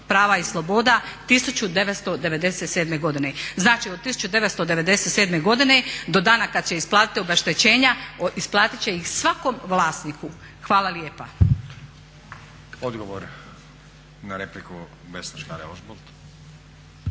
prava i sloboda 1997. godine. Znači od 1997. godine do dana kada će isplatiti obeštećenja isplatiti će ih svakom vlasniku. Hvala lijepa.